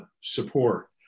support